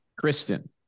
Kristen